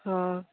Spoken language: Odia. ହଁ